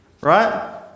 Right